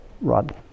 Rod